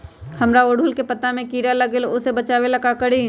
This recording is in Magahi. हमरा ओरहुल के पत्ता में किरा लग जाला वो से बचाबे ला का करी?